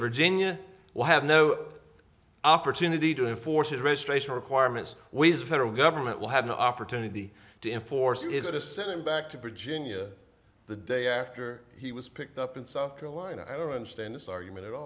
of virginia will have no opportunity to enforce registration requirements ways the federal government will have no opportunity to enforce is it to send him back to virginia the day after he was picked up in south carolina i don't understand this argument a